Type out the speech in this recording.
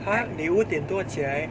!huh! 你五点多起来